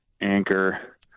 anchor